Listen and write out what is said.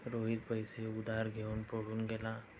रोहित पैसे उधार घेऊन पळून गेला